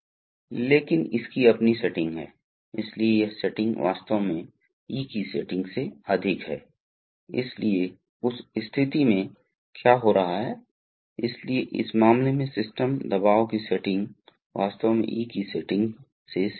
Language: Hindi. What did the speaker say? क्योंकि यदि यह दबाव लीक हो जाता है तो दबाव प्रभावी काम नहीं कर सकता है यह खो जाएगा इसलिए आपको सील करने की आवश्यकता है और कई मामलों में तरल फिल्म स्वयं सील बनाती है फिर भी अन्य स्थानों पर आपको अतिरिक्त सील जोड़ना होगा